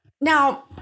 Now